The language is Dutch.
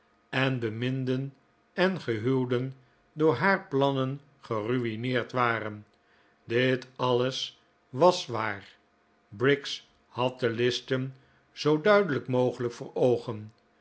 en beminden en gehuwden door haar plannen geru'ineerd waren dit alles was waar briggs had de listen zoo duidelijk mogelijk voor oogen